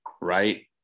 right